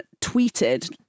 tweeted